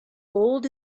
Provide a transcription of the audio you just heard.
gold